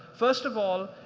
first of all,